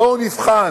בואו נבחן,